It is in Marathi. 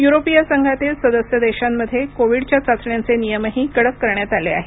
युरोपीय संघातील सदस्य देशांमध्ये कोविडच्या चाचण्यांचे नियमही कडक करण्यात आले आहेत